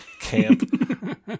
camp